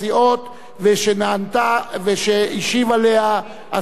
והשיב עליה השר מרגי.